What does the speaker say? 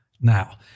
now